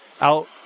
out